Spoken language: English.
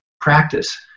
practice